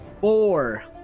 Four